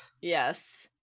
yes